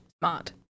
smart